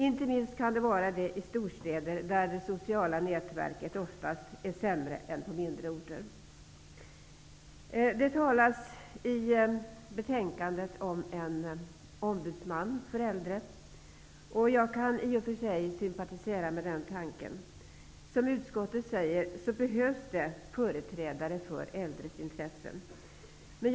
Det gäller inte minst i storstäder, där det sociala nätverket oftast är sämre än på mindre orter. Det talas i betänkandet om en ombudsman för äldre. Jag kan i och för sig sympatisera med den tanken. Det behövs, som utskottet säger, företrädare för äldres intressen.